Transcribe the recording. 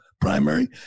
primary